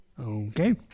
Okay